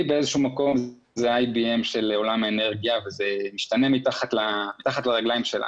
באיזשהו מקום הוא IBM של עולם האנרגיה וזה משתנה מתחת לרגליים שלה.